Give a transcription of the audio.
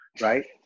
right